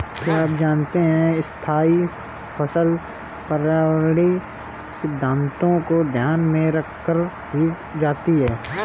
क्या आप जानते है स्थायी फसल पर्यावरणीय सिद्धान्तों को ध्यान में रखकर की जाती है?